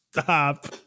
Stop